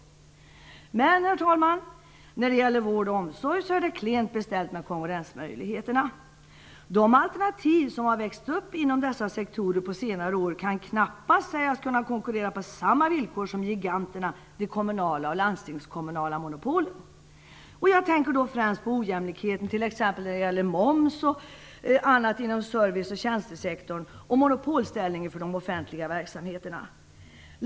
Men, herr talman, när det gäller vård och omsorg är det klent beställt med konkurrensmöjligheterna. De alternativ som har växt upp inom dessa sektorer på senare år kan knappast sägas kunna konkurrera på samma villkor som giganterna det kommunala och landstingskommunala monopolet. Jag tänker då främst på ojämlikheten t.ex. när det gäller moms och annat inom service och tjänstesektorn och monopolställningen för de offentliga verksamheterna.